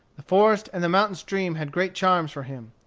the forest and the mountain stream had great charms for him.